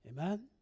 Amen